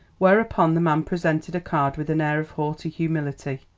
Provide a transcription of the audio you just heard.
whereupon the man presented a card with an air of haughty humility.